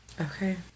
Okay